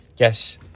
Yes